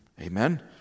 Amen